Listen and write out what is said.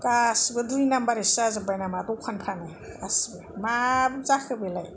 गासिबो दुइ नाम्बारिसो जाजोबबाय नामा दखानाफ्रानो गासिबो मा जाखो बेलाय